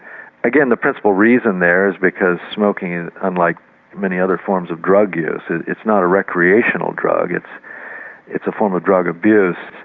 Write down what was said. again, the principle reason there is because smoking, unlike many other forms of drug use, and it's not a recreational drug it's a form of drug abuse.